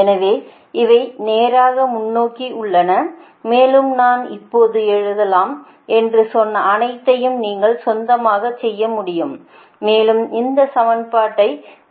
எனவே இவை நேராக முன்னோக்கி உள்ளன மேலும் நான் இப்போது எழுதலாம் என்று சொன்ன அனைத்தையும் நீங்கள் சொந்தமாகச் செய்ய முடியும் மேலும் இந்த சமன்பாட்டை